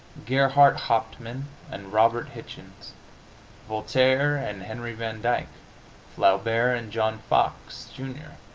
gerhart hauptmann and robert hichens voltaire and henry van dyke flaubert and john fox, jr.